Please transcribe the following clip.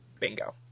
bingo